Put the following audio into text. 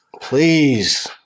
Please